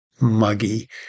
muggy